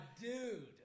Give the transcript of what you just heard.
dude